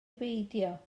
beidio